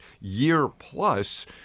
year-plus